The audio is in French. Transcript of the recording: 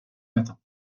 matin